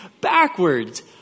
backwards